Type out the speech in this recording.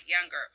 younger